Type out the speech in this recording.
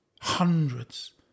hundreds